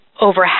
over